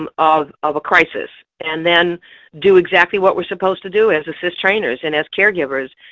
um of of a crisis, and then do exactly what we're supposed to do as assist trainers and as caregivers,